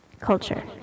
Culture